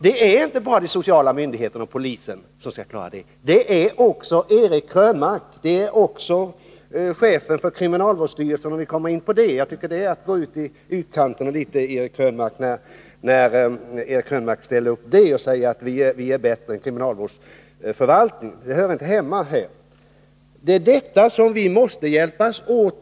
Det är inte bara de sociala myndigheterna och polisen som skall klara av detta — det är också Eric Krönmark och chefen för kriminalvårdsstyrelsen, om vi skall komma in på det området. Jag tycker det är att gå ut i utkanten av den här frågan när Eric Krönmark ställer olika sektorer mot varandra och menar att försvaret är bättre än kriminalvården. Det hör inte hemma i den här debatten. Inom varje område måste vi hjälpas åt.